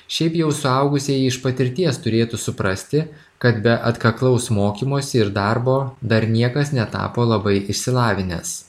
šiaip jau suaugusieji iš patirties turėtų suprasti kad be atkaklaus mokymosi ir darbo dar niekas netapo labai išsilavinęs